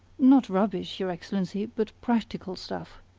not rubbish, your excellency, but practical stuff.